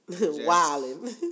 wilding